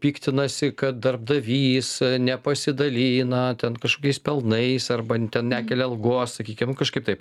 piktinasi kad darbdavys nepasidalina ten kažkokiais pelnais arba ten nekelia algos sakykim kažkaip taip